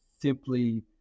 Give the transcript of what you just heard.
simply